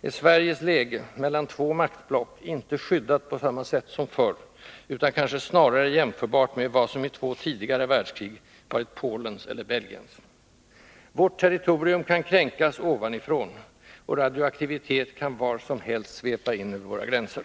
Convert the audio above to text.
är Sveriges läge — mellan två maktblock — inte skyddat på samma sätt som förr, utan kanske snarare jämförbart med vad som i två tidigare världskrig varit Polens eller Belgiens. Vårt territorium kan kränkas ovanifrån, och radioaktivitet kan var som helst svepa in över våra gränser.